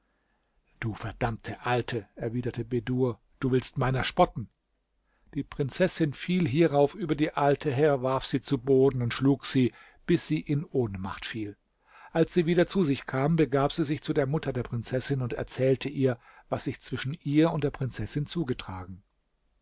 du verdammte alte erwiderte bedur du willst meiner spotten die prinzessin fiel hierauf über die alte her warf sie zu boden und schlug sie bis sie in ohnmacht fiel als sie wieder zu sich kam begab sie sich zu der mutter der prinzessin und erzählte ihr was sich zwischen ihr und der prinzessin zugetragen